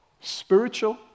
spiritual